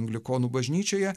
anglikonų bažnyčioje